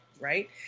right